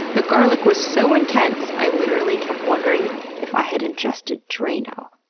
the garlic was so intense, i literally kept wondering if i had ingested drano.